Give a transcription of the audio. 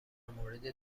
مورد